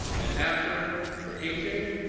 and after the painting,